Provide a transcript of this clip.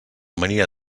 mania